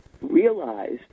realized